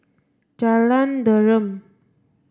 Jalan Derum